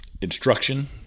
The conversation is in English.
Instruction